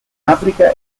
africa